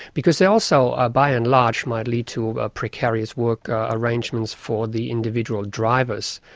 because they also ah by and large might lead to ah precarious work arrangements for the individual drivers.